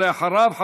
ואחריו,